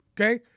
Okay